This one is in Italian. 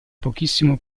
pochissimo